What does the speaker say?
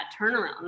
turnaround